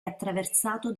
attraversato